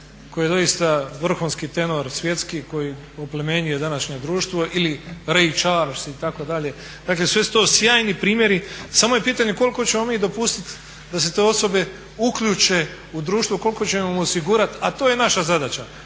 koji je doista vrhunski tenor svjetski koji oplemenjuje današnje društvo ili Ray Charles itd. Dakle sve su to sjajni primjeri, samo je pitanje koliko ćemo mi dopustit da se te osobe uključe u društvo, koliko ćemo mu osigurat, a to je naša zadaća.